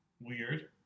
weird